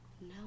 No